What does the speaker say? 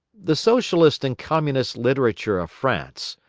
the socialist and communist literature of france,